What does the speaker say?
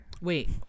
Wait